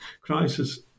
crisis